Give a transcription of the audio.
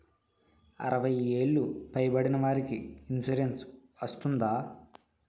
అరవై ఏళ్లు పై పడిన వారికి ఇన్సురెన్స్ వర్తిస్తుందా?